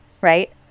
right